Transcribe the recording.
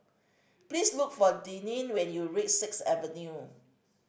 please look for Denine when you reach Sixth Avenue